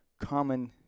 common